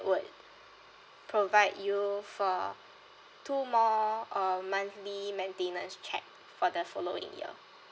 would provide you for two more uh monthly maintenance check for the following year